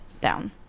down